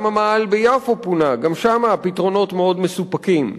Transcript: גם המאהל ביפו פונה, גם שם הפתרונות מאוד מסופקים.